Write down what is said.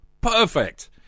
Perfect